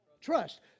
Trust